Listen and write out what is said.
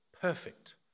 perfect